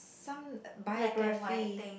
some uh biography